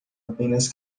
apenas